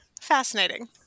Fascinating